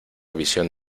visión